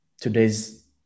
today's